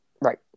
Right